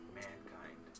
mankind